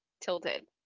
tilted